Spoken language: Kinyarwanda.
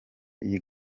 iyi